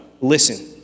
listen